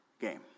game